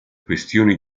questioni